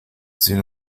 sin